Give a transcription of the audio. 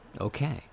Okay